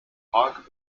park